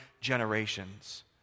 generations